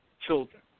children